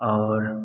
और